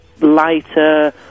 lighter